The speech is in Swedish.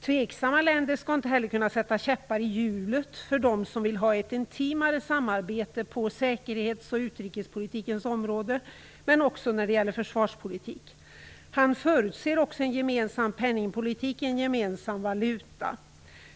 Tveksamma länder skall inte heller kunna sätta käppar i hjulet för dem som vill ha ett intimare samarbete på säkerhets och utrikespolitikens område, men också när det gäller försvarspolitik. Han förutser en gemensam penningpolitik, en gemensam valuta.